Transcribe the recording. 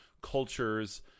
cultures